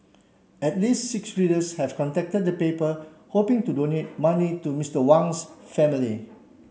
at least six readers have contacted the paper hoping to donate money to Mister Wang's family